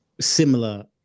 similar